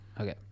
Okay